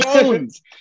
Jones